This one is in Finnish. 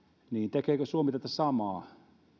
tekeekö suomi tätä samaa